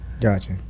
Gotcha